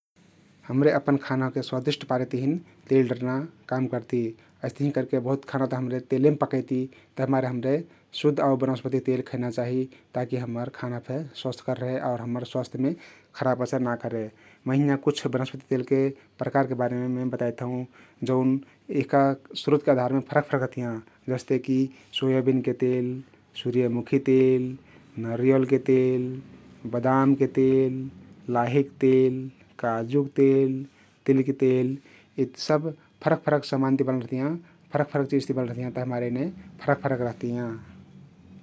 हम्रे अपन खाना ओहके स्वादिष्ट पारेक तहिन तेल डर्ना काम करती । अइस्तहिं करके बाहुत खानात हम्रे तेलेम पकैती तभिमारे हम्रे शुद्ध आउ बनस्पती तेल खैना चाहि ता कि हम्मर खाना फे स्वस्थकर रहे हम्मर स्वास्थ्यमे खराब असर ना करे । मै हिंया कुछ बनास्पती तेलके प्रकारके बारेमे मै बताइत हउँ जउन यहका स्रोतके आधरमे फरक फरक रहतियाँ । जस्ते की सोयाबिनके तेल, सु्र्यामुखी तेल, नरिवलके तेल, बदामके तेल, लाहिक तेल, काजुक तेल, तिलके तेल यी सब फरक फरक समानति बनल रहतियाँ फरक फरक चिझति बनल रहतियाँ तभिमारे एने फरक फरक रहतियाँ ।